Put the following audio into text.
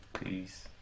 Peace